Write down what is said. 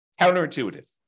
Counterintuitive